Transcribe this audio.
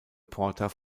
porter